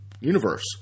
universe